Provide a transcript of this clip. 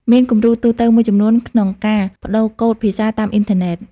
មានគំរូទូទៅមួយចំនួនក្នុងការប្តូរកូដភាសាតាមអ៊ីនធឺណិត។